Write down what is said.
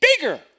bigger